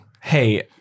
hey